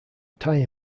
tie